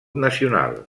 nacional